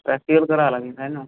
practical करावा लागेल होय ना